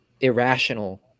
irrational